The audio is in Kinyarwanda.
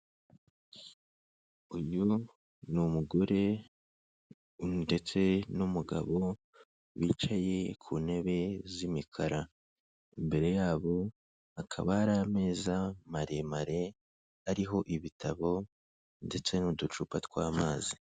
Uyu ni umugore ndetse n'umugabo bicaye ku ntebe z'imikara. Imbere yabo hakaba hari ameza maremare ariho ibitabo ndetse n'uducupa tw'amazi.